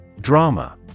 Drama